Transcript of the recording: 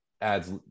adds